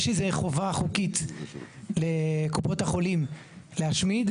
יש איזו חובה חוקית לקופות החולים להשמיד,